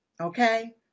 Okay